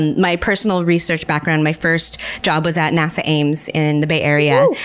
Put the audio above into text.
my personal research background, my first job was at nasa ames in the bay area,